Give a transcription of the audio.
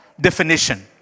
definition